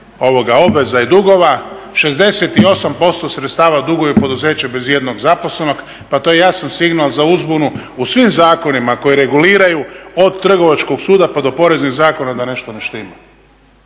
bilo obveza i dugova, 68% sredstava duguje poduzeće bez jednog zaposlenog pa to je jasno signal za uzbunu u svim zakonima koje reguliraju od trgovačkog suda pa do Poreznih zakona da nešto ne štima